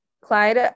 Clyde